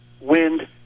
Wind